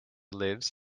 lives